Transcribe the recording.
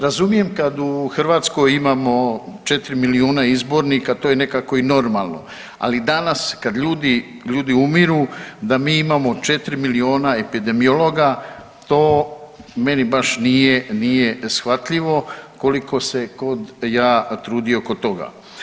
Razumijem kad u Hrvatskoj imamo 4 milijuna izbornika to je nekako i normalno, ali danas kad ljudi, ljudi umiru da mi imamo 4 miliona epidemiologa to meni baš nije, nije shvatljivo koliko se god ja trudio oko toga.